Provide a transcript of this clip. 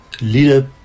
leader